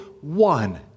one